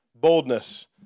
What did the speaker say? Boldness